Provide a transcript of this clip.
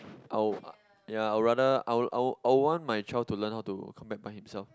oh ya I would rather I would I would I would want my child to learn how to come back by himself